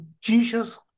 Jesus